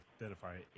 identify